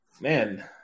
Man